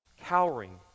cowering